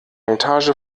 montage